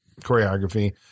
choreography